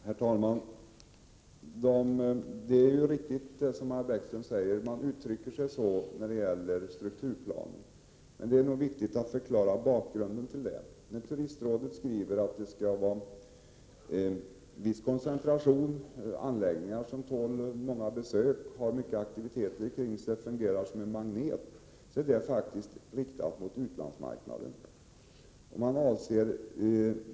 Herr talman! Det är riktigt, som Maja Bäckström säger, att man uttrycker sig på detta sätt om strukturplanen. Men det är ändå viktigt att förklara bakgrunden till det. När Turistrådet skriver att det skall vara en viss koncentration, att anläggningarna skall tåla många besök, att det skall finnas många aktiviteter kring anläggningarna och att de skall fungera som en magnet är detta faktiskt riktat mot utlandsmarknaden.